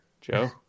Joe